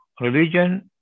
religion